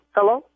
Hello